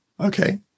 Okay